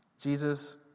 Jesus